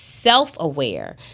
Self-aware